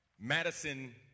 Madison